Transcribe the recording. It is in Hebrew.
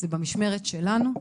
זה במשמרת שלנו,